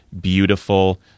beautiful